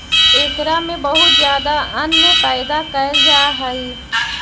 एकरा में बहुत ज्यादा अन्न पैदा कैल जा हइ